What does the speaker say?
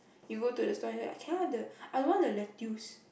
you go to the stall and say like can I have the I want the lettuce